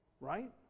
right